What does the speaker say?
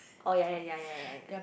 oh ya ya ya ya ya ya